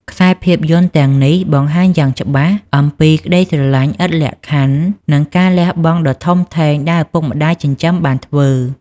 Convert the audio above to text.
ខ្សែភាពយន្តទាំងនេះបង្ហាញយ៉ាងច្បាស់អំពីក្ដីស្រឡាញ់ឥតលក្ខខណ្ឌ និងការលះបង់ដ៏ធំធេងដែលឪពុកម្ដាយចិញ្ចឹមបានធ្វើ។